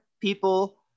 people